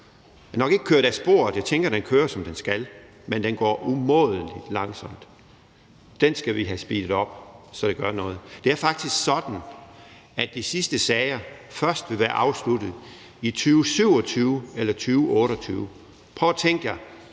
er nok ikke kørt af sporet, for jeg tænker, at den kører, som den skal, men den går umådelig langsomt, så den skal vi have speedet op, så det gør noget. Det er faktisk sådan, at de sidste sager først vil være afsluttet i 2027 eller 2028. Prøv at tænke jer,